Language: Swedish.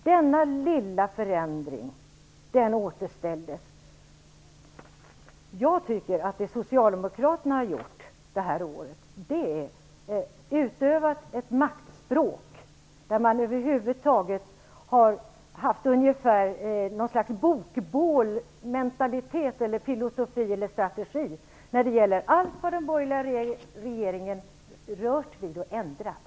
Denna lilla förändring den återställdes. Jag tycker att det socialdemokraterna har gjort det här året är att utöva ett maktspråk. Man har över huvud taget haft något slags bokbålsmentalitet, filosofi eller strategi när det gällt allt vad den borgerliga regeringen rört vid och ändrat.